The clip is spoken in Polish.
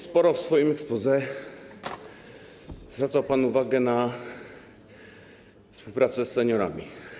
Sporo w swoim exposé zwracał pan uwagi na współpracę z seniorami.